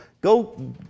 go